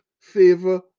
favor